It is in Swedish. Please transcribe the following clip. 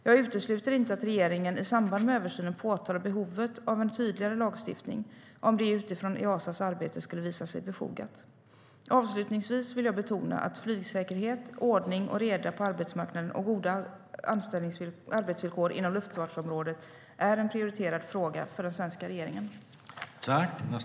Jag utesluter inte att regeringen i samband med översynen påtalar behovet av en tydligare lagstiftning om det utifrån Easas arbete skulle visa sig befogat.